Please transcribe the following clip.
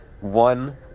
one